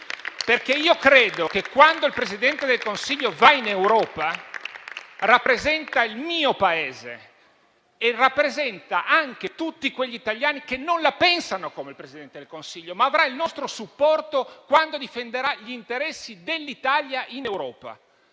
Credo, infatti, che quando il Presidente del Consiglio va in Europa rappresenti il mio Paese e rappresenti anche tutti quegli italiani che non la pensano come il Presidente del Consiglio, ma avrà il nostro supporto quando difenderà gli interessi dell'Italia in Europa.